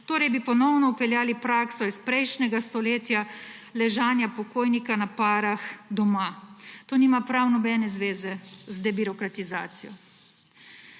Torej bi lahko ponovno vpeljali prakso iz prejšnjega stoletja, ležanja pokojnika na parah doma. To nima prav nobene zveze z debirokratizacijo.